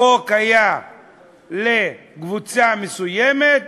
החוק היה לקבוצה מסוימת,